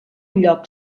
lloc